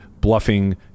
bluffing